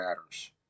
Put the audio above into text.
matters